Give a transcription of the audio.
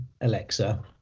Alexa